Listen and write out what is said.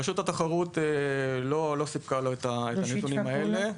רשות התחרות לא סיפקה לו את הנתונים האלה -- לא שיתפה פעולה?